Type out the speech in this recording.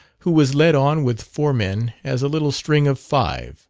who was led on with four men as a little string of five